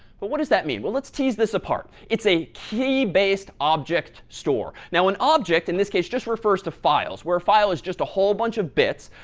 but what does that mean? well, let's tease this apart. it's a key-based object store. now an object, in this case, just refers to files, where a file is just a whole bunch of bits.